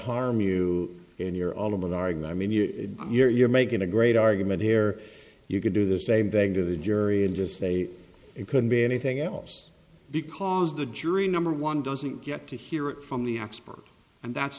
mean you're a you're you're making a great argument here you can do the same thing to the jury and just say it couldn't be anything else because the jury number one doesn't get to hear it from the experts and that's